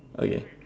okay